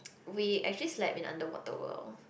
we actually slept in Underwater-World